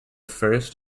first